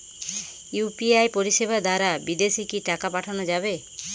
UPI পরিষেবা দারা বিদেশে কি টাকা পাঠানো যাবে?